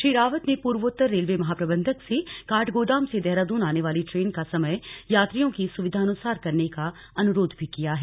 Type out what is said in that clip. श्री रावत ने पूर्वोत्तर रेलवे महाप्रबंधक से काठगोदाम से देहरादून आने वाली ट्रेन का समय यात्रियों की सुविधानुसार करने का अनुरोध भी किया है